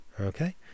Okay